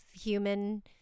human